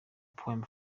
poem